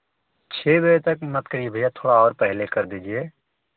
छः बजे तक मत कहिए भैया थोड़ा और पहले कर दीजिए